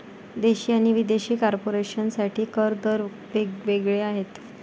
देशी आणि विदेशी कॉर्पोरेशन साठी कर दर वेग वेगळे आहेत